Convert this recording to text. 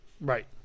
Right